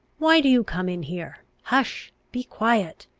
why do you come in here? hush! be quiet